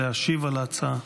להשיב על ההצעה.